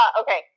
Okay